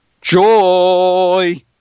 joy